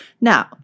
Now